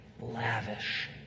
Lavish